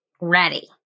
Ready